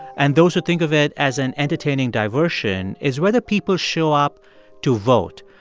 and those who think of it as an entertaining diversion is whether people show up to vote.